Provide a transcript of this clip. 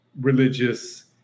religious